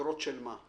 אגרות של מה?